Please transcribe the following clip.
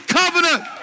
covenant